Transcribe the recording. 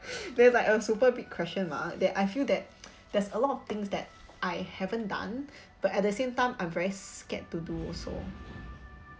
there's like a super big question mark that I feel that there's a lot of things that I haven't done but at the same time I'm very scared to do also